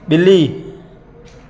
ॿिली